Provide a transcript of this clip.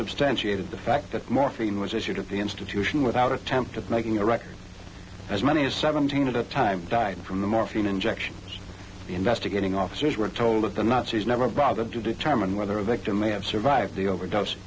substantiated the fact that morphine was issued at the institution without attempt at making a record as many as seventeen of the time died from the morphine injection the investigating officers were told that the nazis never bothered to determine whether a victim may have survived the overdose